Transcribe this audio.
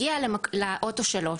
הגיע לאוטו שלו,